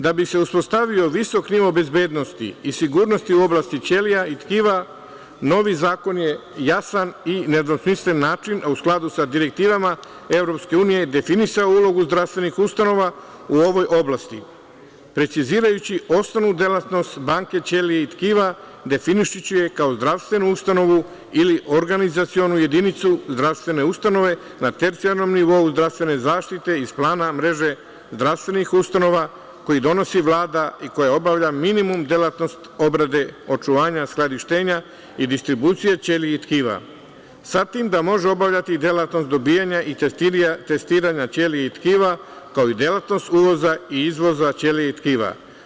Da bi se uspostavio visok nivo bezbednosti i sigurnosti u oblasti ćelija i tkiva novi zakon je jasan i na nedvosmislen način, a u skladu sa direktivama EU, definisao ulogu zdravstvenih ustanova u ovoj oblasti, precizirajući osnovnu delatnost banke ćelija i tkiva, definišući je kao zdravstvenu ustanovu ili organizacionu jedinicu zdravstvene ustanove na tercijalnom nivou zdravstvene zaštite iz plana mreže zdravstvenih ustanova, koji donosi Vlada i koje obavlja minimum delatnost obrade, očuvanja, skladištenja i distribucije ćelija i tkiva, sa tim da može obavljati delatnost dobijanja i testiranja ćelija i tkiva kao i delatnost uvoza i izvoza ćelija i tkiva.